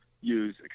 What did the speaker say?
use